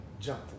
jump